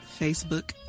Facebook